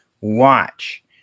watch